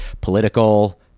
political